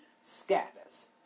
scatters